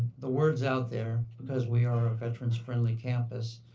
the word is out there, because we are a veteran-friendly campus.